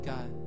God